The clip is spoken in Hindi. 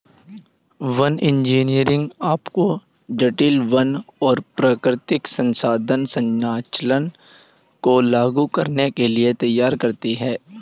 वन इंजीनियरिंग आपको जटिल वन और प्राकृतिक संसाधन संचालन को लागू करने के लिए तैयार करती है